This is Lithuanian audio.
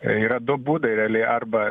yra du būdai realiai arba